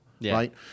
right